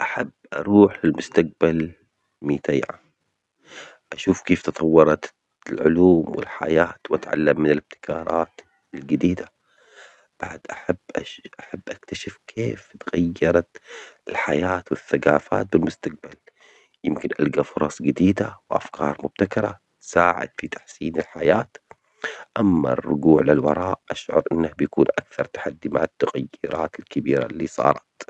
هل تفضل الرجوع بالزمن إلى الوراء مئتي عام، أو التقدّم مئتي عام في المستقبل؟ ولماذا؟